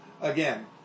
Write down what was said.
again